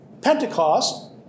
Pentecost